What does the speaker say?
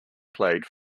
played